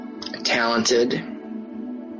talented